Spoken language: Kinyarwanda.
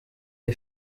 iyi